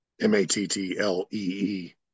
M-A-T-T-L-E-E